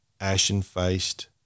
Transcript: ashen-faced